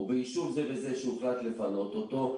או ביישוב זה וזה שהוחלט לפנות אותו,